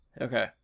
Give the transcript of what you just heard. Okay